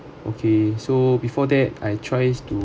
okay so before that I try to